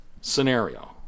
scenario